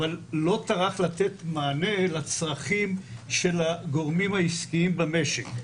אבל לא טרח לתת מענה לצרכים של הגורמים העסקיים במשק.